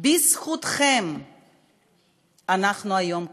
בזכותכם אנחנו היום כאן.